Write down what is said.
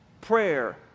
prayer